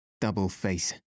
double-face